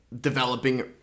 developing